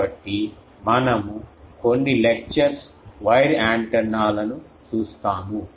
కాబట్టి మనము కొన్ని ఉపన్యాసాలలో వైర్ యాంటెన్నాలను చూస్తాము